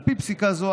על פי פסיקה זו,